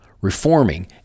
reforming